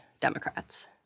Democrats